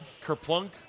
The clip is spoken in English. kerplunk